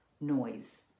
noise